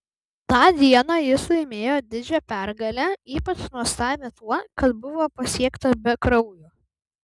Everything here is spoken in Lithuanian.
tą dieną jis laimėjo didžią pergalę ypač nuostabią tuo kad buvo pasiekta be kraujo